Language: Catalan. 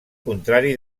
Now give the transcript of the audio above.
contrari